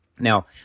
Now